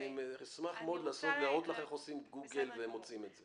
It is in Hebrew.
אני אשמח מאוד להראות לך איך עושים גוגל ומוצאים את זה.